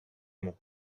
μου